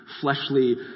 fleshly